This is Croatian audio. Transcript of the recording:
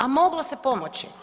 A moglo se pomoći.